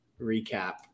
recap